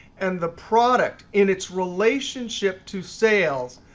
and the product in its relationship to sales,